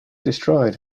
destroyed